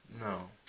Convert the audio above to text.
no